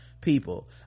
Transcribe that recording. people